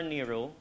Nero